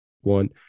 one